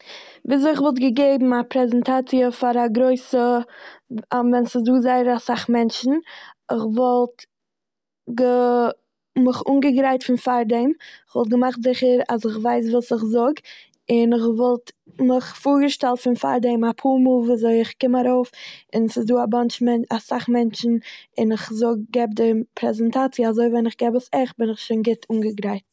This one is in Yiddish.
וויזוי כ'וואלט געגעבן א פרעזענטאציע פאר א גרויסע- ווען סאיז דא זייער אסאך מענטשן. איך וואלט גע- מיך אנגעגרייט פון פארדעם, כ'וואלט געמאכט זיכער אז איך ווייס וואס איך זאג, און איך וואלט מיך פארגעשטעלט פון פארדעם אפאר מאל וויזוי איך קום ארויף און ס'איז דא א באנטש- אסאך מענטשן און איך זאג די פרעזענטאציע. אזוי ווען איך געב עס עכט בין איך שוין גוט אנגעגרייט.